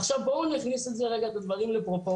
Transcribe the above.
עכשיו בואו נכניס את זה רגע את הדברים לפרופורציה.